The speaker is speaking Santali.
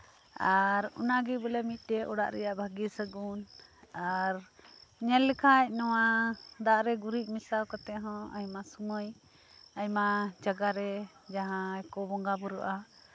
ᱟᱨ ᱚᱱᱟᱜᱮ ᱵᱚᱞᱮ ᱢᱤᱫᱴᱮᱱ ᱚᱲᱟᱜ ᱨᱮᱭᱟᱜ ᱵᱷᱟᱜᱮ ᱥᱟᱜᱩᱱ ᱟᱨ ᱧᱮᱞ ᱞᱮᱠᱷᱟᱱ ᱱᱚᱶᱟ ᱫᱟᱜ ᱨᱮ ᱜᱩᱨᱤᱡ ᱢᱮᱥᱟ ᱠᱟᱛᱮ ᱦᱚᱸ ᱟᱭᱢᱟ ᱥᱚᱢᱚᱭ ᱟᱭᱢᱟ ᱡᱟᱭᱜᱟ ᱨᱮ ᱡᱟᱦᱟᱸᱭ ᱠᱚ ᱵᱚᱸᱜᱟ ᱵᱩᱨᱩᱜᱼᱟ